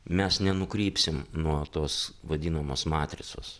mes nenukrypsim nuo tos vadinamos matricos